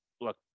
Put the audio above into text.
look